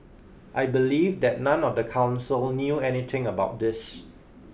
I believe that none of the council knew anything about this